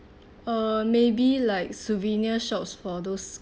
uh maybe like souvenir shops for those